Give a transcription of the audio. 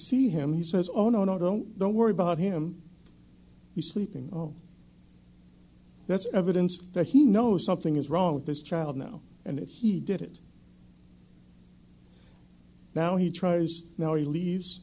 see him he says oh no no don't don't worry about him he's sleeping oh that's evidence that he knows something is wrong with this child now and if he did it now he tries now he leaves